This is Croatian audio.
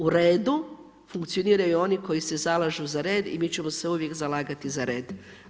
U redu funkcioniraju oni koji se zalažu za red i mi ćemo se uvijek zalagati za red.